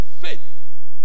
faith